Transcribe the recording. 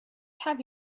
have